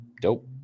dope